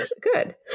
good